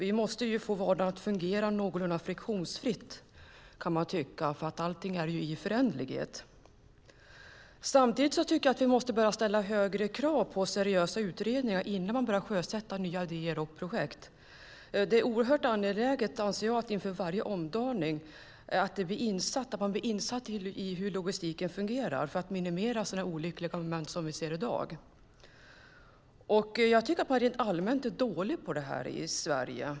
Vi måste få vardagen att fungera någorlunda friktionsfritt, för allting är ju i föränderlighet. Samtidigt måste vi börja ställa högre krav på seriösa utredningar innan vi börjar sjösätta nya idéer och projekt. Det är oerhört angeläget, anser jag, att man inför varje omdaning blir insatt i hur logistiken fungerar för att minimera sådana olyckliga moment som vi ser i dag. Jag tycker att man rent allmänt är dålig på det i Sverige.